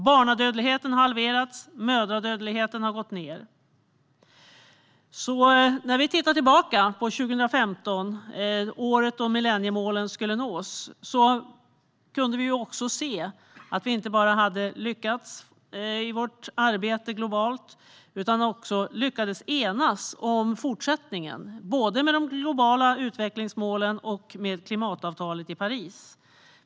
Barnadödligheten har halverats, och mödradödligheten har gått ned. När vi tittar tillbaka på 2015 - året då millenniemålen skulle nås - kan vi också se att vi inte bara har lyckats i vårt arbete globalt utan också har lyckats enas om fortsättningen, både med de globala utvecklingsmålen och med klimatavtalet i Paris.